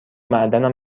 معدنم